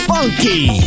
Funky